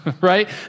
right